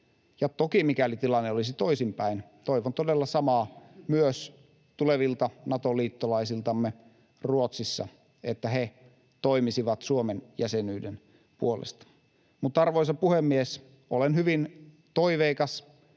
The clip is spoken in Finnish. Ja toki mikäli tilanne olisi toisinpäin, toivon todella samaa myös tulevilta Nato-liittolaisiltamme Ruotsissa, että he toimisivat Suomen jäsenyyden puolesta. Arvoisa puhemies! Olen hyvin toiveikas,